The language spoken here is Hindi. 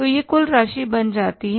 तो यह कुल राशि बन जाती है